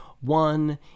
One